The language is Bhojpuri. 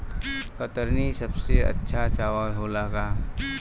कतरनी सबसे अच्छा चावल होला का?